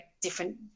different